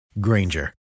Granger